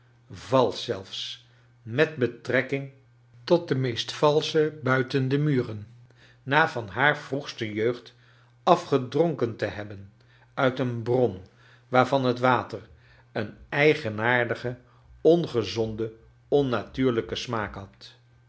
j met betrekking tot de meest valsche buiten de muren na van haar vroegi ste jeugd af gedronken te hebben uit een bron waarvan het water een i eigenaardigen ongezonden onnatuurj lijken smaak had